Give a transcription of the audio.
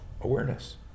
awareness